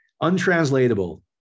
Untranslatable